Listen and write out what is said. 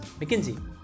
McKinsey